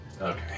Okay